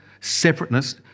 separateness